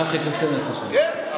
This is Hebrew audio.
1 חלקי 12. כן.